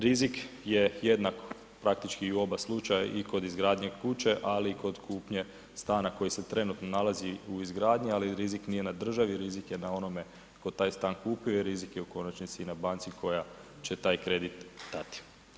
Rizik je jednak praktički u oba slučaja i kod izgradnje kuće ali i kod kupnje stana koji se trenutno nalazi u izgradnji ali rizik nije na državi, rizik je na onome tko taj stan, rizik je u konačnici i na banci koja će taj kredit dati.